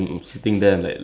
ya